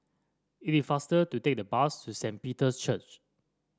it is faster to take the bus to Saint Peter's Church